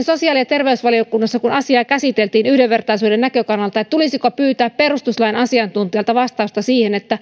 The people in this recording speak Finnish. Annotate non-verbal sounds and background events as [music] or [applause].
[unintelligible] sosiaali ja terveysvaliokunnassa kun asiaa käsiteltiin yhdenvertaisuuden näkökannalta tulisiko pyytää perustuslain asiantuntijalta vastausta siihen